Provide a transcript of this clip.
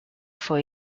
for